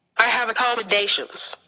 i have accommodations.